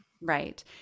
Right